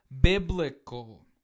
biblical